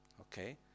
okay